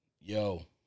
yo